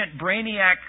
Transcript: brainiac